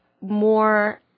more